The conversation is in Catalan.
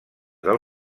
del